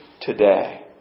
today